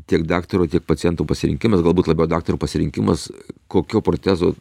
tiek daktaro tiek paciento pasirinkimas galbūt labiau daktaro pasirinkimas kokio protezo